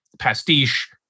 pastiche